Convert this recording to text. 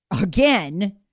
again